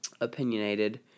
opinionated